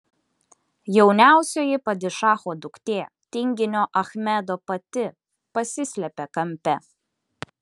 jauniausioji padišacho duktė tinginio achmedo pati pasislėpė kampe